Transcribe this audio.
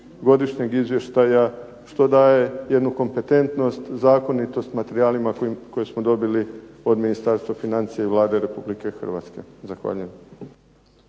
Godišnjeg izvještaja što daje jednu kompetentnost, zakonitost materijalima koje smo dobili od Ministarstva financija i Vlade Republike Hrvatske. Zahvaljujem.